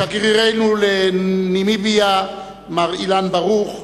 שגרירנו לנמיביה מר אילן ברוך,